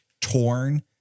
torn